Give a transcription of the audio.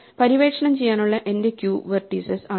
പര്യവേക്ഷണം ചെയ്യാനുള്ള എന്റെ ക്യൂ വെർട്ടീസസ് ആണ്